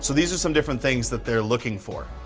so these are some different things that they're looking for.